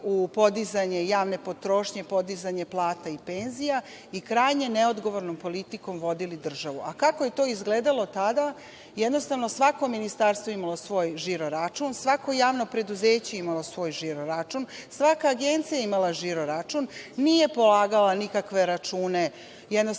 u podizanje javne potrošnje, podizanje plata i penzija i krajnje neodgovornom politikom vodili državu.A kako je to izgledalo tada jednostavno je svako ministarstvo imalo svoj žiro račun, svako javno preduzeće je imalo svoj žiro račun, svaka agencija je imala svoj žiro račun, nije polagala nikakve račune jednostavno